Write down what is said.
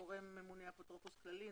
הגורם הממונה הוא האפוטרופוס הכללי,